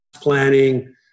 planning